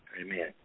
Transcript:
amen